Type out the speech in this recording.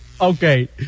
Okay